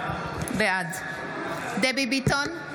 בעד דבי ביטון,